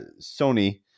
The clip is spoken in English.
Sony